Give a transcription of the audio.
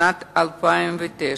המשפחות שהוזכרו בכתבה עלו במאי שנת 2009,